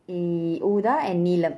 !ee! ஊதாoodha and நீலம்:neelam